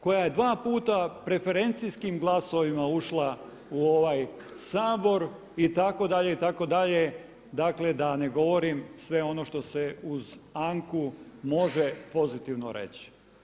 Koja je dva puta preferencijskim glasovima ušla u ovaj Sabor itd., itd., dakle da ne govorim sve ono što se uz Anku može pozitivno reći.